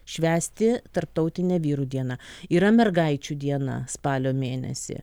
švęsti tarptautinę vyrų dieną yra mergaičių diena spalio mėnesį